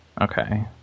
Okay